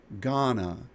Ghana